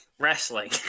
wrestling